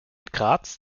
graz